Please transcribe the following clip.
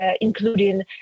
including